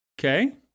okay